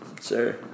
Sir